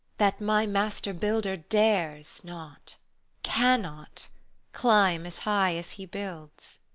that my master builder dares not cannot climb as high as he builds?